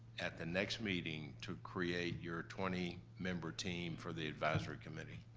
at the next meeting, to create your twenty member team for the advisory committee.